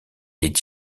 est